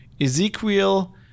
Ezekiel